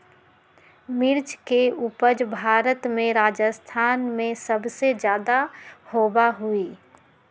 मिर्च के उपज भारत में राजस्थान में सबसे ज्यादा होबा हई